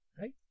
right